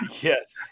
yes